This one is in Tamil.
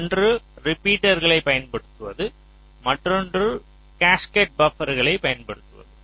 ஒன்று ரிப்பீட்டர்களைப் பயன்படுத்துவது மற்றொன்று கேஸ்கேடட் பபர்களைப் பயன்படுத்துவது